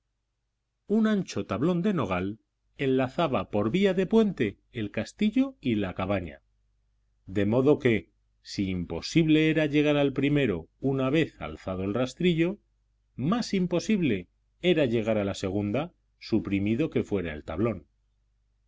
un ancho tablón de nogal enlazaba por vía de puente el castillo y la cabaña de modo que si imposible era llegar al primero una vez alzado el rastrillo más imposible era llegar a la segunda suprimido que fuera el tablón